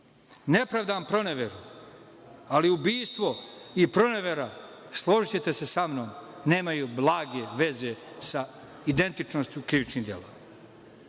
pravdam proneveru, ali ubistvo i pronevera, složićete se sa mnom, nemaju blage veze sa identičnošću krivičnih dela.